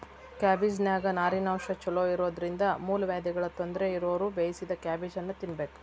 ಕ್ಯಾಬಿಜ್ನಾನ್ಯಾಗ ನಾರಿನಂಶ ಚೋಲೊಇರೋದ್ರಿಂದ ಮೂಲವ್ಯಾಧಿಗಳ ತೊಂದರೆ ಇರೋರು ಬೇಯಿಸಿದ ಕ್ಯಾಬೇಜನ್ನ ತಿನ್ಬೇಕು